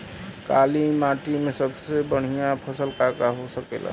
काली माटी में सबसे बढ़िया फसल का का हो सकेला?